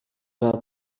vingt